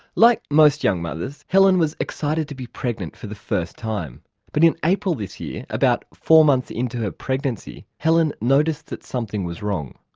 like most young mothers helen was excited to be pregnant for the first time but in april this year, about four months into her pregnancy, helen noticed that something was wrong.